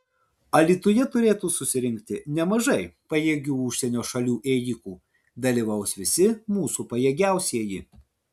alytuje turėtų susirinkti nemažai pajėgių užsienio šalių ėjikų dalyvaus visi mūsų pajėgiausieji